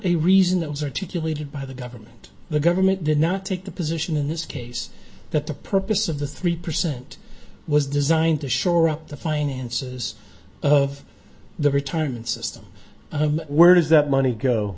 a reason that was articulated by the government the government did not take the position in this case that the purpose of the three percent was designed to shore up the finances of the retirement system and where does that money go